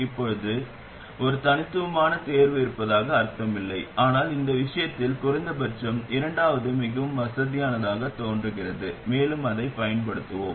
இப்போது எப்போதும் ஒரு தனித்துவமான தேர்வு இருப்பதாக அர்த்தமில்லை ஆனால் இந்த விஷயத்தில் குறைந்தபட்சம் இரண்டாவது மிகவும் வசதியானதாகத் தோன்றுகிறது மேலும் அதைப் பயன்படுத்துவோம்